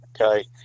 Okay